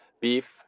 beef